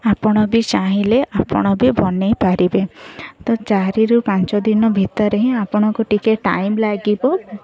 ଆପଣ ବି ଚାହିଁଲେ ଆପଣ ବି ବନେଇ ପାରିବେ ତ ଚାରିରୁ ପାଞ୍ଚ ଦିନ ଭିତରେ ହିଁ ଆପଣଙ୍କୁ ଟିକେ ଟାଇମ୍ ଲାଗିବ